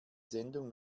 sendung